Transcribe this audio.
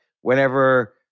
whenever